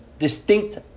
Distinct